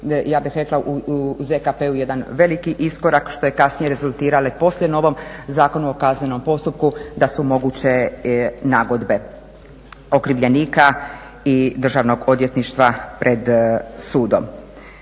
ja bih rekla u ZKP-u jedan veliki iskorak što je kasnije rezultiralo poslije novom Zakonu o kaznenom postupku da su moguće nagodbe okrivljenika i Državnog odvjetništva pred sudom.